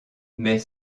mes